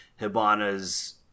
Hibana's